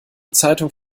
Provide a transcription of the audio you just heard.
zeitung